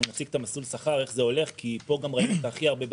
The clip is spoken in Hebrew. נציג את מסלול השכר כי פה גם ראינו את הכי הרבה בעיות,